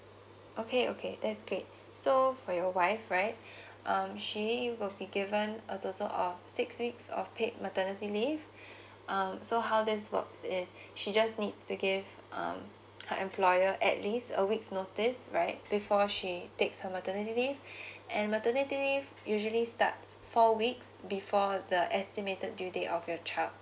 okay okay that's great so for your wife right um she will be given a total of six weeks of paid maternity leave um so how this works is she just needs to give um her employer at least a week notice right before she takes her maternity leave and maternity leave usually starts four weeks before the estimated due date of your child